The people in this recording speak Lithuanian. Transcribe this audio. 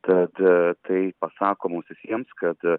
tad tai pasako mums visiems kad